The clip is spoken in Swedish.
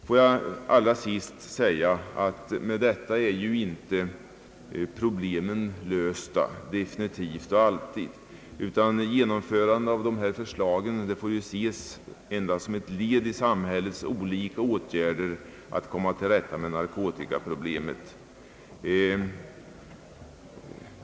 Låt mig allra sist säga att problemen härmed inte är definitivt lösta, utan genomförandet av dessa förslag får ses endast som ett led i samhällets olika åtgärder för att komma till rätta med narkotikaproblemet.